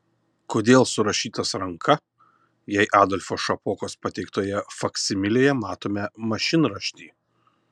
kodėl surašytas ranka jei adolfo šapokos pateiktoje faksimilėje matome mašinraštį